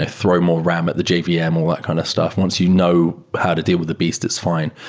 ah throw more ram at the jvm, yeah um all that kind of stuff. once you know how to deal with the beast, it's fine.